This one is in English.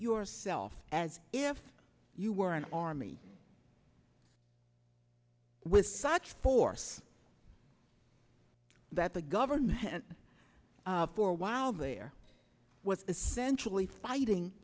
yourself as if you were an army with such force that the government for a while there was essentially fighting